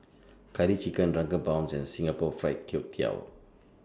Curry Chicken Drunken Prawns and Singapore Fried Kway Tiao